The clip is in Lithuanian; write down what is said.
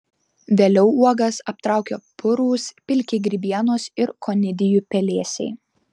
vėliau uogas aptraukia purūs pilki grybienos ir konidijų pelėsiai